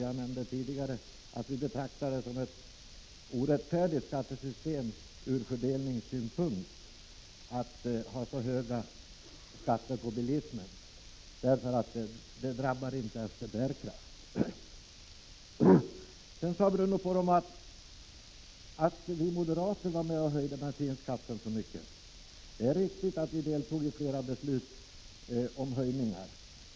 Jag nämnde tidigare att vi betraktar det som orättfärdigt ur fördelningssynpunkt att ha så höga skatter på bilismen. Skatten drabbar inte efter bärkraft. Bruno Poromaa sade vidare att moderaterna var med och höjde bensinskatten så mycket. Det är riktigt att vi deltog i flera beslut om höjningar.